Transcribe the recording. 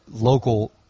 local